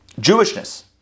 Jewishness